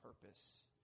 purpose